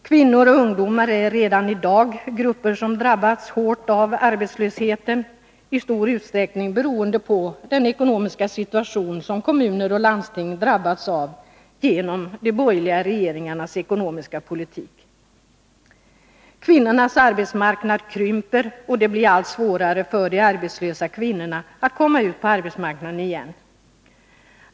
Kvinnor och ungdomar är redan i dag grupper som drabbats hårt av arbetslösheten, i stor utsträckning beroende på den ekonomiska situation som kommuner och landsting drabbats av genom de borgerliga regeringarnas ekonomiska politik. Kvinnornas arbetsmarknad krymper, och det blir allt svårare för de arbetslösa kvinnorna att komma ut på arbetsmarknaden igen.